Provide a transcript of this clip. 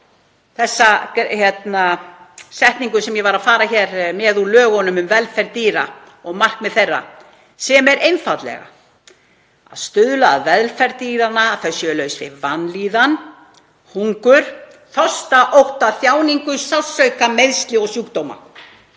þessa setningu sem ég var að fara með úr lögum um velferð dýra og markmið þeirra er einfaldlega að stuðla að velferð dýra: „… að þau séu laus við vanlíðan, hungur og þorsta, ótta og þjáningu, sársauka, meiðsli og sjúkdóma,